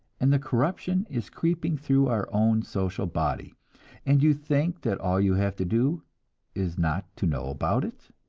and the corruption is creeping through our own social body and you think that all you have to do is not to know about it!